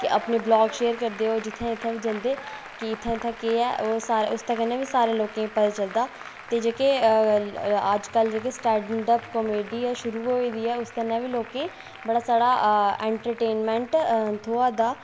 की अपने blog share करदे ओह् जित्थै जित्थै बी जंदे कि इत्थै इत्थै केह् ऐ उसदे कन्नै बी सारें लोकें गी पता चलदा की जेह्के अजकल जेह्के सटैंड अप कामेडी ऐ शुरू होई दी उस कन्नै बी लोकें गी बड़ा सारा ऐंटरटेनमैंट थ्होआ दा